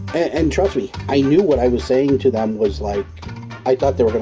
and trust me. i knew what i was saying to them was like i thought they were